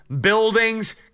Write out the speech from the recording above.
buildings